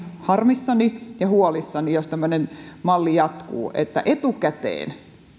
harmissani ja huolissani eli jos tämmöinen malli jatkuu että etukäteen